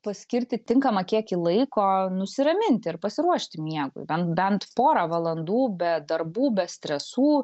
paskirti tinkamą kiekį laiko nusiraminti ir pasiruošti miegui bent bent porą valandų be darbų be stresų